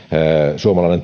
suomalaisen